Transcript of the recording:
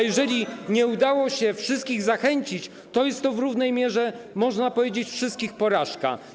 Jeżeli nie udało się wszystkich zachęcić, to jest to w równej mierze, można powiedzieć, wszystkich porażka.